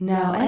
Now